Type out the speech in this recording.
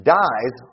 dies